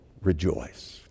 Rejoice